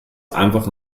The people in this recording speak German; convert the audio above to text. einfach